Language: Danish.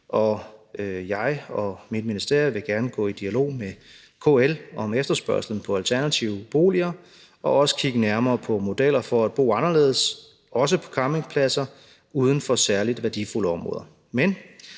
jeg og mit ministerium vil gerne gå i dialog med KL om efterspørgslen på alternative boliger og også kigge nærmere på modeller for at bo anderledes, også på campingpladser uden for særlig værdifulde områder.